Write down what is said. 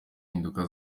mpinduka